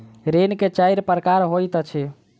ऋण के चाइर प्रकार होइत अछि